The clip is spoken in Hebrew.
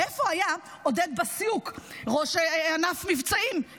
איפה היה עודד בסיוק, ראש ענף מבצעים?